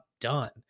done